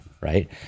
right